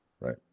Right